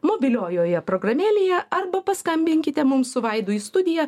mobiliojoje programėlėje arba paskambinkite mums su vaidu į studiją